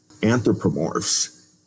anthropomorphs